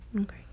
Okay